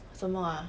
什么 ah